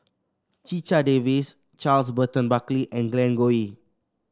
Checha Davies Charles Burton Buckley and Glen Goei